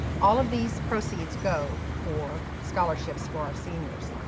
all of these proceeds go for scholarships for our seniors.